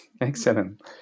Excellent